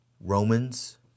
Romans